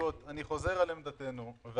לוקח בחשבון את הנתונים שמתייחסים לתשומות